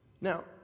Now